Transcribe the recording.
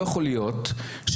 אפשרות נוספת היא לקחת אחוזי מיסוי